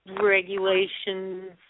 regulations